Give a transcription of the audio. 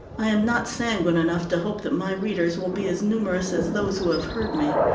i am not sanguine enough to hope that my readers will be as numerous as those who have heard me.